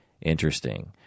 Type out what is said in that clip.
interesting